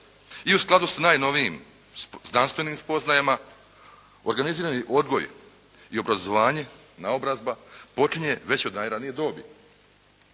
i u skladu s najnovijim znanstvenim spoznajama, organizirani odgoj i obrazovanje, naobrazba, počinje već od najranije dobi.